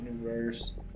universe